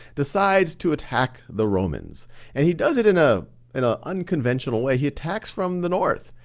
decides to attack the romans. and he does it in ah in a unconventional way. he attacks from the north.